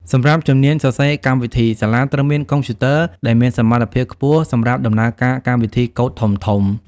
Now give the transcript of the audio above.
សម្រាប់ជំនាញសរសេរកម្មវិធី សាលាត្រូវមានកុំព្យូទ័រដែលមានសមត្ថភាពខ្ពស់សម្រាប់ដំណើរការកម្មវិធីកូដធំៗ។